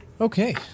Okay